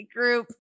group